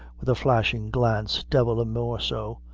with a flashing glance divil a more so.